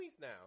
now